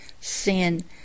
sin